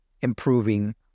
improving